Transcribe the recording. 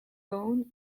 bone